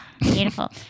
Beautiful